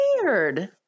weird